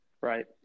Right